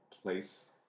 place